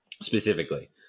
Specifically